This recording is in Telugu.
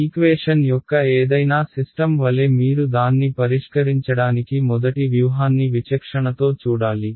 ఈక్వేషన్ యొక్క ఏదైనా సిస్టమ్ వలె మీరు దాన్ని పరిష్కరించడానికి మొదటి వ్యూహాన్ని విచక్షణతో చూడాలి